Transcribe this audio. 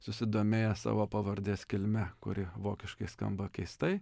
susidomėjęs savo pavardės kilme kuri vokiškai skamba keistai